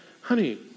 honey